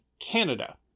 Canada